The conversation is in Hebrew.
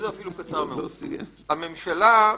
הכול בקליקה הסגורה של עובדי משרד המשפטים,